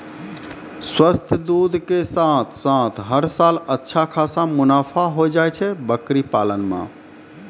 स्वस्थ दूध के साथॅ साथॅ हर साल अच्छा खासा मुनाफा होय जाय छै बकरी पालन मॅ